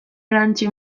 erantsi